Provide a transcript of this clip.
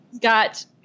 got